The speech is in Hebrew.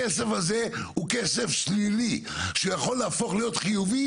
הכסף הזה הוא כסף שלילי שיכול להפוך להיות חיובי